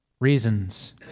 Reasons